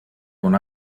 con